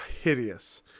hideous